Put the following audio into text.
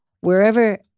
wherever